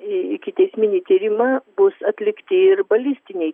ikiteisminį tyrimą bus atlikti ir balistiniai